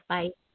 Bye